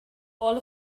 all